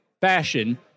fashion